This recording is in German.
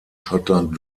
schottland